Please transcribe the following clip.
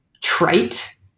trite